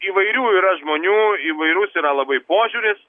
įvairių yra žmonių įvairus yra labai požiūris